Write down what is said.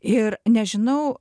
ir nežinau